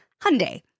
Hyundai